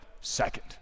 second